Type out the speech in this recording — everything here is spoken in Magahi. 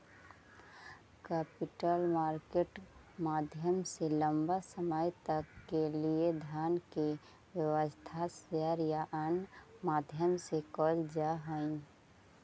कैपिटल मार्केट के माध्यम से लंबा समय तक के लिए धन के व्यवस्था शेयर या अन्य माध्यम से कैल जा हई